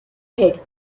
head